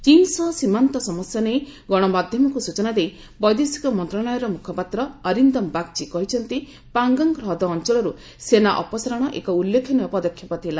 ଚୀନ ସହ ସୀମାନ୍ତ ସମସ୍ୟା ନେଇ ଗଣମାଧ୍ୟମକୁ ସୂଚନା ଦେଇ ବୈଦେଶିକ ମନ୍ତ୍ରଶାଳୟର ମୁଖପାତ୍ର ଅରିନ୍ଦମ୍ ବାଗ୍ଚୀ କହିଛନ୍ତି ପାଙ୍ଗଗ୍ ହ୍ରଦ ଅଞ୍ଚଳର ସେନା ଅପସାରଣ ଏକ ଉଲ୍ଲ୍ରେଖନୀୟ ପଦକ୍ଷେପ ଥିଲା